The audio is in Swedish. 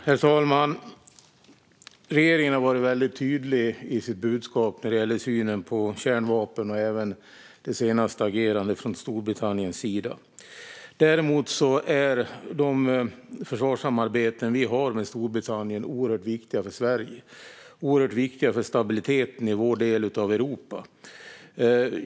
Herr talman! Regeringen har varit väldigt tydlig i sitt budskap när det gäller synen på kärnvapen och även det senaste agerandet från Storbritanniens sida. Däremot är de försvarssamarbeten som vi har med Storbritannien oerhört viktiga för Sverige och för stabiliteten i vår del av Europa.